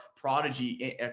prodigy